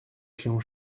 się